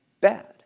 bad